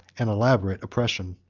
and elaborate oppression.